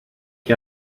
que